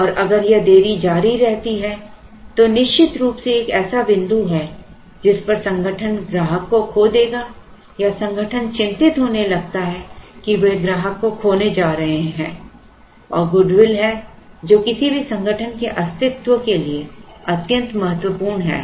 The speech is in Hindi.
और अगर यह देरी जारी रहती है तो निश्चित रूप से एक ऐसा बिंदु है जिस पर संगठन ग्राहक को खो देगा या संगठन चिंतित होने लगता है कि वे ग्राहक को खोने जा रहे हैं और गुडविल है जो किसी भी संगठन के अस्तित्व के लिए अत्यंत महत्वपूर्ण है